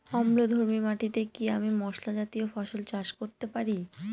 অম্লধর্মী মাটিতে কি আমি মশলা জাতীয় ফসল চাষ করতে পারি?